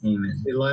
Amen